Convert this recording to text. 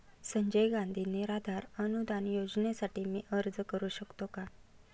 संजय गांधी निराधार अनुदान योजनेसाठी मी अर्ज करू शकतो का?